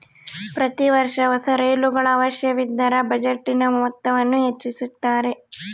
ಪ್ರತಿ ವರ್ಷ ಹೊಸ ರೈಲುಗಳ ಅವಶ್ಯವಿದ್ದರ ಬಜೆಟಿನ ಮೊತ್ತವನ್ನು ಹೆಚ್ಚಿಸುತ್ತಾರೆ